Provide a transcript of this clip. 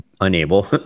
unable